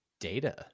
data